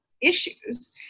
issues